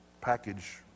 package